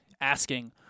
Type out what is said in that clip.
asking